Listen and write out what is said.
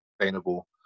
sustainable